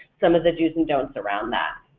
some of the do's and don'ts around that.